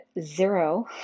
zero